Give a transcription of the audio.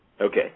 Okay